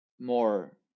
more